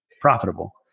profitable